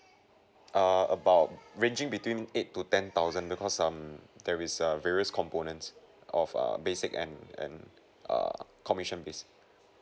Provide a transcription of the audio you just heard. err about ranging between eight to ten thousand because um there is a various components of err basic and and err commission base